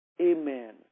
Amen